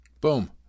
Boom